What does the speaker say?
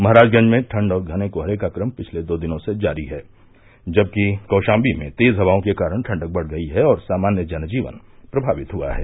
महराजगंज में ठंड और घने कोहरे का क्रम पिछले दो दिनों से जारी है जबकि कौशाम्बी में तेज़ हवाओं के कारण ठंडक बढ़ गई है और सामान्य जन जीवन प्रभावित हुआ है